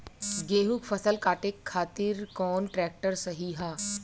गेहूँक फसल कांटे खातिर कौन ट्रैक्टर सही ह?